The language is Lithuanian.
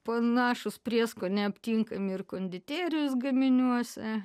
panašūs prieskoniai aptinkami ir konditerijos gaminiuose